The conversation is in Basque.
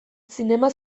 zinema